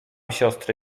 siostry